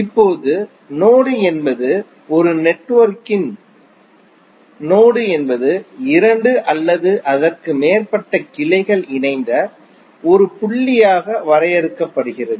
இப்போது நோடு என்பது ஒரு நெட்வொர்க்கின் நெட்வொர்க் நோடு என்பது இரண்டு அல்லது அதற்கு மேற்பட்ட கிளைகள் இணைந்த ஒரு புள்ளியாக வரையறுக்கப்படுகிறது